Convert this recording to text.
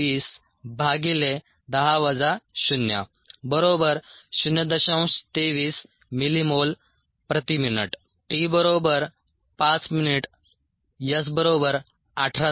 23 mMmin 1 assigned to t 5 min S 18